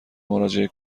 مراجعه